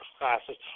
classes